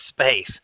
space